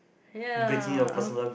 ya